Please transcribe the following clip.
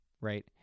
right